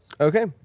Okay